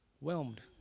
whelmed